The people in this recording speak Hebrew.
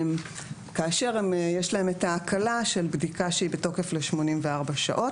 כאשר יש להם את ההקלה של בדיקה שהיא בתוקף ל-84 שעות,